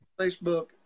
Facebook